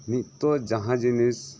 ᱱᱤᱛᱚᱜ ᱡᱟᱦᱟᱸ ᱡᱤᱱᱤᱥ